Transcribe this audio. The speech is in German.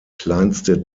kleinste